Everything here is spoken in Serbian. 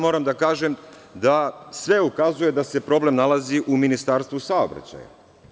Moram da kažem da sve ukazuje da se problem nalazi u Ministarstvu saobraćaja.